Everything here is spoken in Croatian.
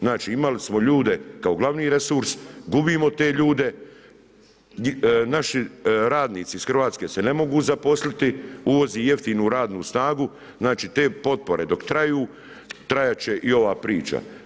Znači, imali smo ljude, kao glavni resurs, gubimo te ljude, naši radnici iz Hrvatske se ne mogu zaposliti, uvozimo jeftinu radnu snagu, znači te potpore dok traju, trajati će i ova priča.